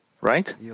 right